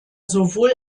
sowohl